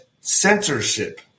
censorship